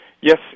Yes